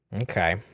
Okay